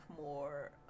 more